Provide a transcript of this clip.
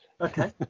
Okay